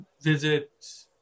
visit